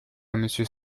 monsieur